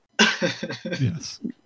Yes